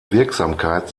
wirksamkeit